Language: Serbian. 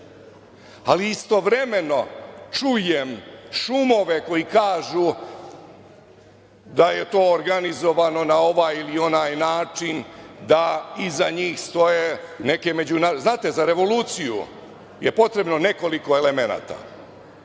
istovremeno čujem šumove koji kažu da je to organizovano na ovaj ili onaj način, da iza njih stoje neke međunarodne... Znate, za revoluciju je potrebno nekoliko elemenata.